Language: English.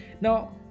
Now